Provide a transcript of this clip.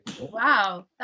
wow